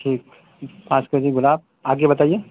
ٹھیک پانچ K G گلاب آگے بتائیے